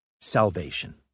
salvation